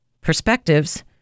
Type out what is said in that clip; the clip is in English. perspectives